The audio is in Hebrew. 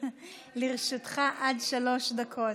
לרשותך עד שלוש דקות.